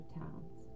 towns